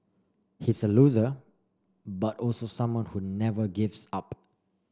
he's a loser but also someone who never gives up